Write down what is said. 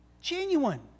Genuine